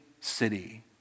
city